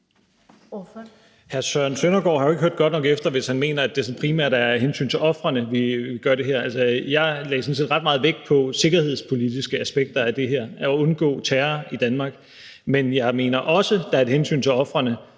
Søren Søndergaard har jo ikke hørt godt nok efter, hvis han mener, at det sådan primært er af hensyn til ofrene, vi gør det her. Jeg lagde sådan set ret meget vægt på de sikkerhedspolitiske aspekter af det her, at undgå terror i Danmark. Men jeg mener også, der er et hensyn til ofrene,